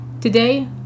Today